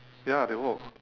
ya they walk